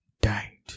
Died